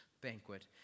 banquet